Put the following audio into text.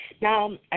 Now